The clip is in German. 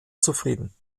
zufrieden